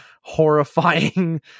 horrifying